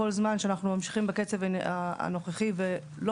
כל זמן שאנחנו ממשיכים בקצב הנוכחי ולא